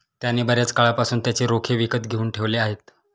त्याने बर्याच काळापासून त्याचे रोखे विकत घेऊन ठेवले आहेत